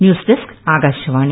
news desk Akashvani